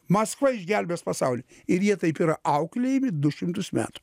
maskva išgelbės pasaulį ir jie taip yra auklėjami du šimtus metų